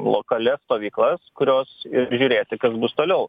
lokalias stovyklas kurios žiūrėti kas bus toliau